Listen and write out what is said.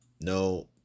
no